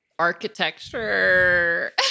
Architecture